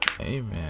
Amen